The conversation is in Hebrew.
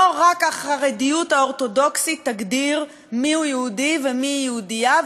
לא רק החרדיות האורתודוקסית תגדיר מיהו יהודי ומי יהודייה,